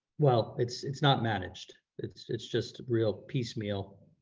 well, it's it's not managed, it's it's just real piecemeal,